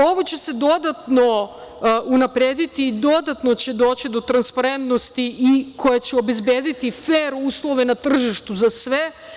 Ovo će se dodatno unaprediti i dodatno će doći do transparentnosti koja će obezbediti fer uslove na tržištu za sve.